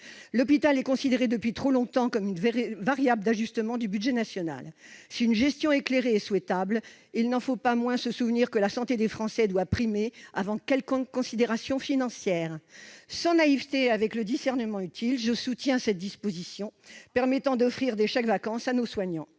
L'hôpital » est considéré depuis trop longtemps comme une variable d'ajustement du budget national. Si une gestion éclairée est souhaitable, il n'en faut pas moins se souvenir que la santé des Français doit primer sur une quelconque considération financière. Sans naïveté et avec le discernement utile, je soutiens cette disposition permettant d'offrir des chèques-vacances à nos soignants.